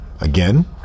again